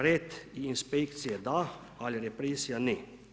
Red inspekcije da, ali represija ne.